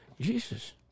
Jesus